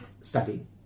studying